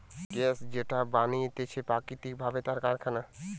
gas যেটা বানাতিছে প্রাকৃতিক ভাবে তার কারখানা